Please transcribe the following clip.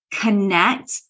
connect